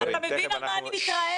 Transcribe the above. אתה מבין על מה אני מתרעמת?